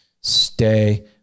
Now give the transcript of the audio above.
stay